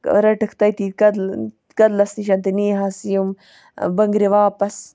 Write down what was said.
رٔٹِکھ تٔتی کٔدلَس نِش تہٕ نیٖہَس یِم بٕنٛگرِ واپَس